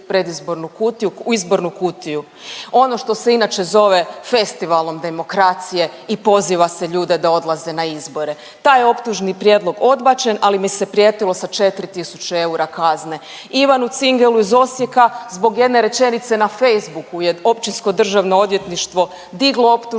predizbornu kutiju, u izbornu kutiju. Ono što se inače zove festivalom demokracije i poziva se ljude da odlaze na izbore. Taj je optužni prijedlog odbačen, ali mi se prijetilo sa 4 tisuće eura kazne. Ivanu Cingelu iz Osijeka zbog jedne rečenice na Facebooku je Općinsko državno odvjetništvo diglo optužni